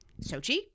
Sochi